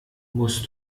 muss